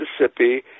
Mississippi